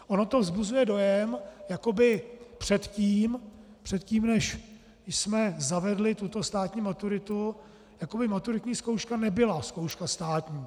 Ono to vzbuzuje dojem, jako by předtím, než jsme zavedli tuto státní maturitu, jako by maturitní zkouška nebyla zkouška státní.